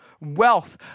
Wealth